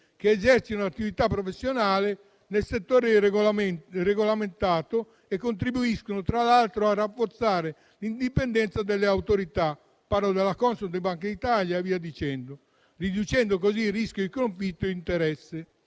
che esercitano l'attività professionale nel settore regolamentato e contribuiscono, tra l'altro, a rafforzare l'indipendenza delle autorità - parlo della Consob, di Banca Italia e via dicendo - riducendo così il rischio di conflitto di interesse.